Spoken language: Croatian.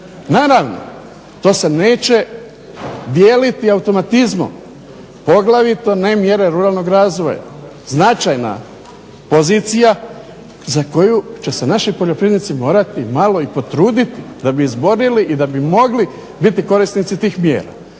Naravno, to se neće dijeliti automatizmom poglavito ne mjere ruralnog razvoja. Značajna pozicija za koju će se naši poljoprivrednici morati malo i potruditi da bi izborili i da bi mogli biti korisnici tih mjera.